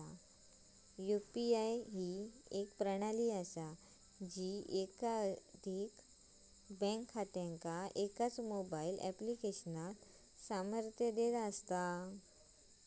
UPI ह्या एक प्रणाली असा जी एकाधिक बँक खात्यांका एकाच मोबाईल ऍप्लिकेशनात सामर्थ्य देता